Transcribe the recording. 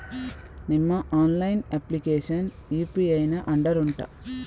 ನಿಮ್ಮ online application UPI ನ under ಉಂಟಾ